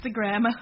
Instagram